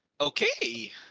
Okay